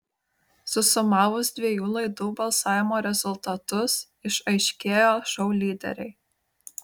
susumavus dviejų laidų balsavimo rezultatus išaiškėjo šou lyderiai